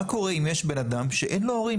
מה קורה אם יש בן אדם שאין לו הורים?